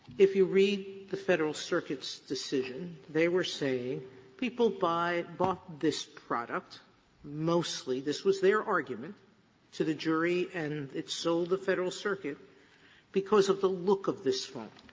if you read the federal circuit's decision, they were saying people buy bought this product mostly this was their argument to the jury and it sold the federal circuit because of the look of this phone,